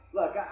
look